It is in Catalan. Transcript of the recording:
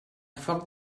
foc